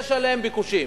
יש להם ביקוש.